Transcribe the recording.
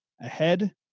Ahead